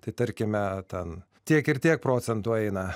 tai tarkime ten tiek ir tiek procentų eina